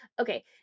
okay